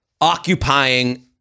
occupying